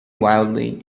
wildly